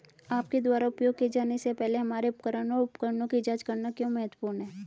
आपके द्वारा उपयोग किए जाने से पहले हमारे उपकरण और उपकरणों की जांच करना क्यों महत्वपूर्ण है?